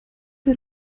der